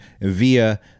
via